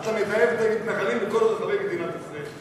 אתה מתעב את המתנחלים בכל רחבי מדינת ישראל.